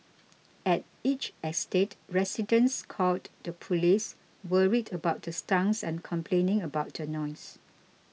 at each estate residents called the police worried about the stunts and complaining about the noise